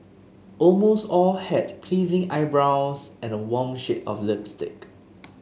almost all had pleasing eyebrows and a warm shade of lipstick